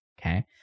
okay